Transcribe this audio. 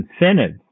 incentives